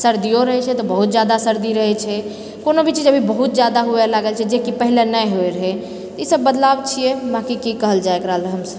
सर्दियो रहैत छै तऽ बहुत्त जादा सर्दी रहैत छै कोनोभी चीज अभी बहुत जादा हुए लागल छै जेकि पहले नहि होए रहैए इसब बदलाव छिए बाँकि कि कहल जाए एकरा लए हमसब